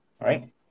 right